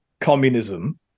communism